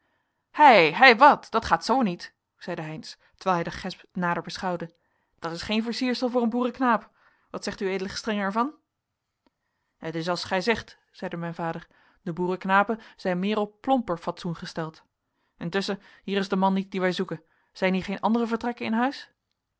hei hei wat dat gaat zoo niet zeide heynsz terwijl hij den gesp nader beschouwde dat is geen versiersel voor een boerenknaap wat zegt uw ed gestr er van het is als gij zegt zeide mijn vader de boerenknapen zijn meer op plomper fatsoen gesteld intusschen hier is de man niet dien wij zoeken zijn hier geen andere vertrekken in huis